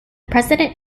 president